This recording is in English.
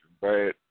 bad